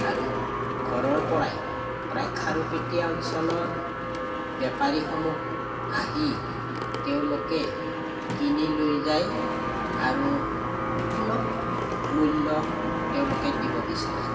আৰু ঘৰৰ পৰাই প্ৰায় খাৰুপেটীয়া অঞ্চলৰ বেপাৰীসমূহ আহি তেওঁলোকে কিনি লৈ যায় আৰু সুলভ মূল্য তেওঁলোকে দিব বিচাৰে